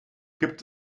gibt